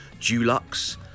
Dulux